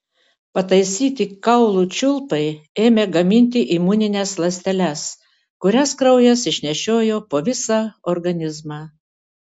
pataisyti kaulų čiulpai ėmė gaminti imunines ląsteles kurias kraujas išnešiojo po visą organizmą